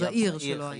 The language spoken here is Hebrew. בהמשך.